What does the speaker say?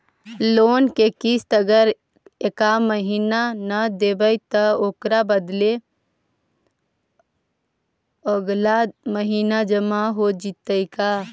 Loan के किस्त अगर एका महिना न देबै त ओकर बदले अगला महिना जमा हो जितै का?